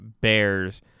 Bears